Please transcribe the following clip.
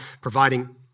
providing